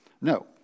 No